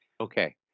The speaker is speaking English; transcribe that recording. Okay